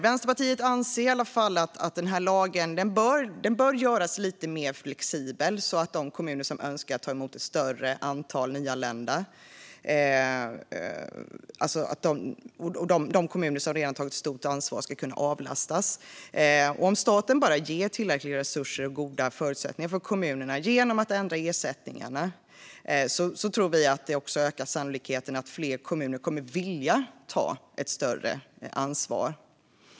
Vänsterpartiet anser att lagen bör göras lite mer flexibel, så att de kommuner som önskar kan ta emot ett större antal nyanlända och så att de kommuner som redan har tagit ett stort ansvar kan avlastas. Om staten bara ger tillräckliga resurser och goda förutsättningar för kommunerna genom att ändra ersättningarna ökar också sannolikheten, tror vi, att fler kommuner kommer att vilja ta ett större ansvar.